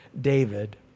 David